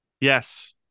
Yes